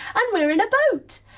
and we're in a boat.